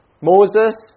Moses